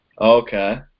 Okay